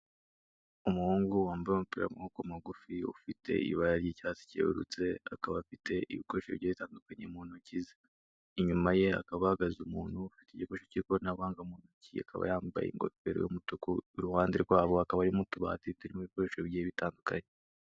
Umuhungu wambaye umupira w'amaguru mugufi ufite ibara ry'icyatsi kirurutse, akaba afite ibikoresho bye bitandukanye mu ntoki ze, inyuma ye akaba ahagaze umuntu ufite igikoresho cy'ikoranabuhanga mu ntoki akaba yambaye ingofero y'umutuku, iruhande rwabo hakaba harimo utubati turimo ibikoresho bigiye bitandukanye.